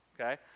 okay